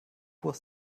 was